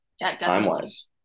time-wise